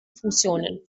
funktionen